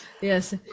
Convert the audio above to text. Yes